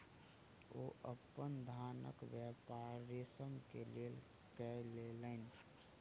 ओ अपन धानक व्यापार रेशम के लेल कय लेलैन